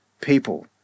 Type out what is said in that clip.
people